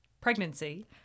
pregnancy